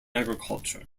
agriculture